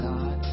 God